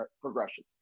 progression